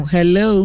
Hello